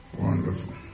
wonderful